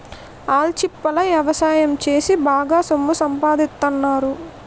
ఆల్చిప్పల ఎవసాయం సేసి బాగా సొమ్ము సంపాదిత్తన్నారు